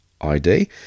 ID